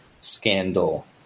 scandal